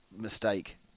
mistake